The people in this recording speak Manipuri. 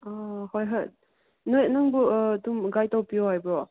ꯑꯥ ꯍꯣꯏ ꯍꯣꯏ ꯅꯪꯕꯨ ꯑꯗꯨꯝ ꯒꯥꯏꯠ ꯇꯧꯕꯤꯌꯣ ꯍꯥꯏꯕ꯭ꯔꯣ